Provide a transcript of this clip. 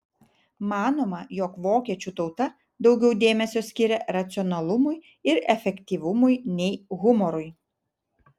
manoma jog vokiečių tauta daugiau dėmesio skiria racionalumui ir efektyvumui nei humorui